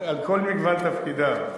על כל מגוון תפקידיו.